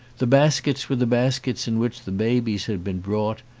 the baskets were the baskets in which the babies had been brought,